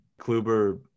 Kluber